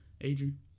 Adrian